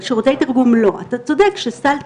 אתה צודק שסל תקשורת,